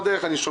בדרך לכאן,